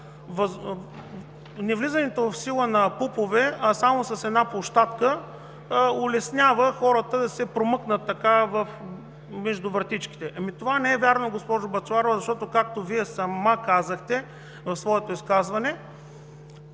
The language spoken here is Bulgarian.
невлизането в сила на ПУП-ове, а само с една площадка улеснява хората да се промъкнат между вратичките, това не е вярно, госпожо Бъчварова. Защото, както Вие сама казахте в своето изказване,